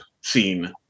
scene